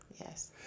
Yes